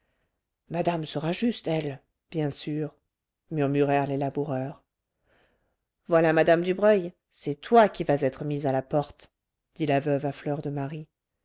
madame sera juste elle bien sûr murmurèrent les laboureurs voilà mme dubreuil c'est toi qui vas être mise à la porte dit la veuve à